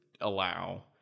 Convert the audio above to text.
allow